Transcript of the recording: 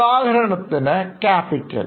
ഉദാഹരണത്തിന് Capital